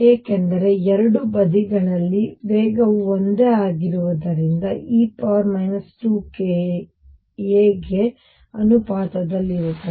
ಏಕೆಂದರೆ ಎರಡೂ ಬದಿಗಳಲ್ಲಿ ವೇಗವು ಒಂದೇ ಆಗಿರುವುದರಿಂದ e 2ka ಗೆ ಅನುಪಾತದಲ್ಲಿರುತ್ತದೆ